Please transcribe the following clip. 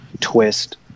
Twist